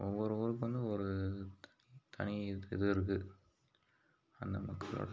ஒவ்வொரு ஊருக்கு வந்து ஒரு தனி இது இது இருக்கு அந்த மக்களோட